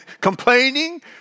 complaining